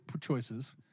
choices